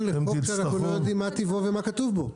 לחוק שאנחנו לא יודעים מה טיבו ומה כתוב בו?